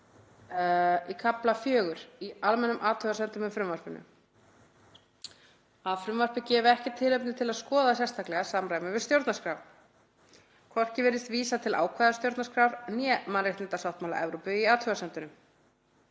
í kafla 4 í almennum athugasemdum með frumvarpinu: „Frumvarpið gefur ekki tilefni til að skoða sérstaklega samræmi við stjórnarskrá.“ Hvorki virðist vísað til ákvæða stjórnarskrár né mannréttindasáttmála Evrópu (MSE) í athugasemdunum.